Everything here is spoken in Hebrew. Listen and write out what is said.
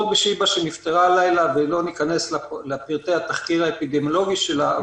לא ניכנס לפרטי התחקיר האפידמיולוגי שלה.